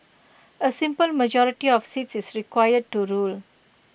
A simple majority of seats is required to rule